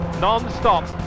non-stop